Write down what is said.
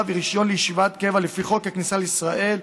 ורישיון לישיבת קבע לפי חוק הכניסה לישראל,